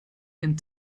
and